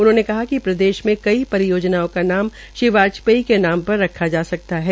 उन्होंने कहा कि प्रदेश में कई परियोजना का लाभ श्री वाजपेयी के नाम रखा जा सकता है